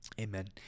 Amen